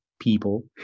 people